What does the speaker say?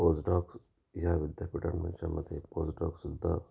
postdocs या विद्यापीठांच्यामध्ये पोसडॉक्सुद्धा